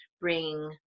bring